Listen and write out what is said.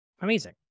Amazing